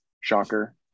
Shocker